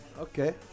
Okay